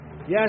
Yes